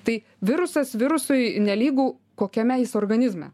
tai virusas virusui nelygu kokiame jis organizme